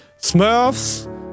Smurfs